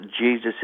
jesus